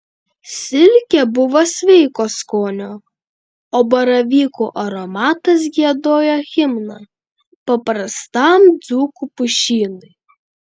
silkė buvo sveiko skonio o baravykų aromatas giedojo himną paprastam dzūkų pušynui